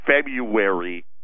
February